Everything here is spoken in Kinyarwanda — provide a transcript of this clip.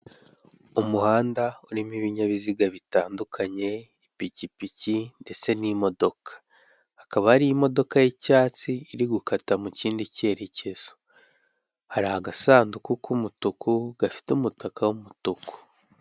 Umuhanda urimo ibinyabiziga bitandukanye, ipikipiki ndetse n'imodoka. Hakaba hari imodoka y'icyatsi, iri gukata mu kindi cyerekezo. Hari agasanduku k'umutuku, gafite umutaka w'umutuku.